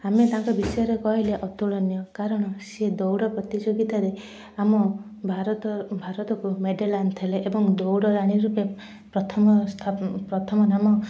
ଆମେ ତାଙ୍କ ବିଷୟରେ କହିଲେ ଅତୁଳନୀୟ କାରଣ ସିଏ ଦୌଡ଼ ପ୍ରତିଯୋଗିତାରେ ଆମ ଭାରତ ଭାରତକୁ ମେଡ଼ାଲ୍ ଆଣିଥିଲେ ଏବଂ ଦୌଡ଼ରାଣୀ ରୂପେ ପ୍ରଥମ ପ୍ରଥମ ନାମ